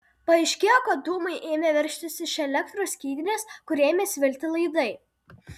paaiškėjo kad dūmai ėmė veržtis iš elektros skydinės kur ėmė svilti laidai